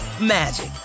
magic